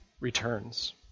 returns